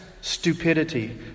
stupidity